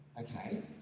Okay